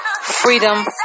freedom